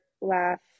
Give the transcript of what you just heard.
laugh